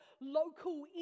local